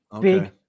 Big